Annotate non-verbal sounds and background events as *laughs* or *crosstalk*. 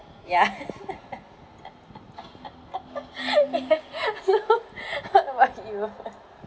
ya *laughs* you what about you